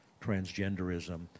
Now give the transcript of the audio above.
transgenderism